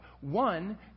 One